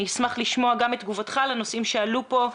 אני אשמח לשמוע גם את תגובתך לנושאים שעלו כאן.